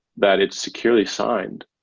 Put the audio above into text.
that it's securely signed,